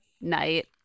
night